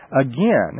Again